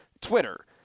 Twitter